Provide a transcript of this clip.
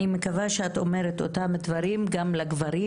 אני מקווה שאת אומרת אותם דברים גם לגברים